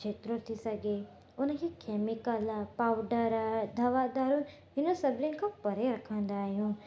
जेतिरो थी सघे उन खे कैमिकल पाउडर दवा दारू हिन सभिनी खां परे रखंदा आहियूं